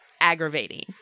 aggravating